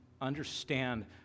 Understand